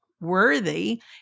worthy